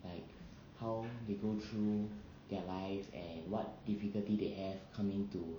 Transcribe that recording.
like how they go through their life and what difficulty they have coming to